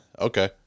Okay